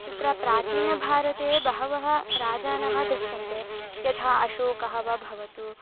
तत्र प्राचीनभारते बहवः राजानः दृश्यन्ते यथा अशोकः वा भवतु